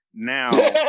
Now